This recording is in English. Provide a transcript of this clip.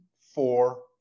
four